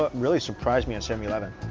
but really surprise me at seven eleven